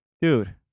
dude